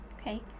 okay